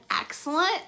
excellent